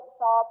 saw